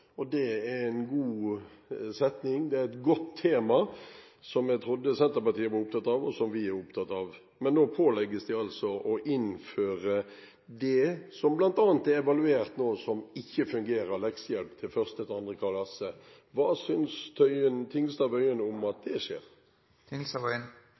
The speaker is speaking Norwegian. og det er en god setning. Det er et godt tema som jeg trodde Senterpartiet var opptatt av, og som vi er opptatt av. Men nå pålegges de altså å innføre det som bl.a. er evaluert nå til ikke å fungere, nemlig leksehjelp for 1. og 2. klasse. Hva synes Tingelstad Wøien om at